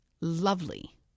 lovely